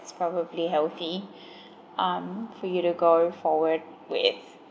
it's probably healthy um for you to go forward with